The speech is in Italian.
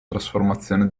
trasformazione